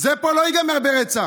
פה זה לא ייגמר ברצח.